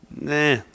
nah